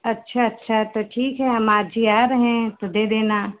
अच्छा अच्छा तो ठीक है हम आज ही आ रहे हैं तो दे देना